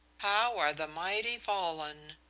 how are the mighty fallen!